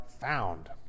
found